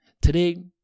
Today